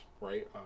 right